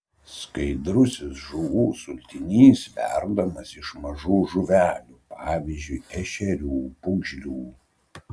skaidrusis žuvų sultinys verdamas iš mažų žuvelių pavyzdžiui ešerių pūgžlių